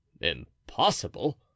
Impossible